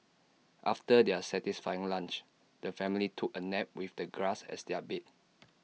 after their satisfying lunch the family took A nap with the grass as their bed